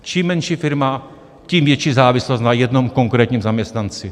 Čím menší firma, tím větší závislost na jednom konkrétním zaměstnanci.